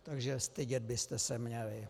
Takže stydět byste se měli.